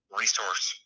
resource